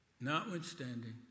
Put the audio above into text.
notwithstanding